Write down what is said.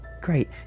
Great